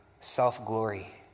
self-glory